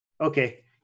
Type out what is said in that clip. Okay